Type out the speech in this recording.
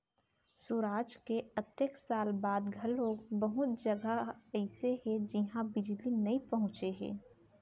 सुराज के अतेक साल बाद घलोक बहुत जघा ह अइसे हे जिहां बिजली नइ पहुंचे हे